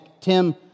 Tim